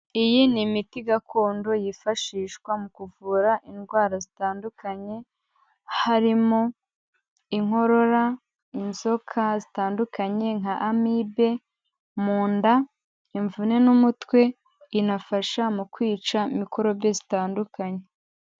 Iyi ni imiti gakondo yifashishwa mu kuvura indwara zitandukanye, harimo Inkorora, inzoka zitandukanye nk'Amibe, mu nda, imvune n'umutwe, inafasha mu kwica mikorobe zitandukanye.